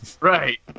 Right